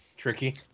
Tricky